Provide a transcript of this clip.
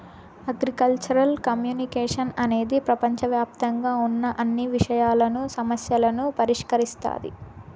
agricultural communication అనేది ప్రపంచవ్యాప్తంగా ఉన్న అన్ని విషయాలను, సమస్యలను పరిష్కరిస్తాది